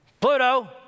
Pluto